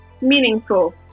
meaningful